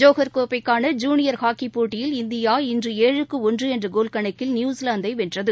Johor கோப்பைக்கான junior ஹாக்கிப்போட்டியில் India இன்றுஏழுக்குஒன்றுஎன்றகோல்கணக்கில் நியூசிலாந்தைவென்றது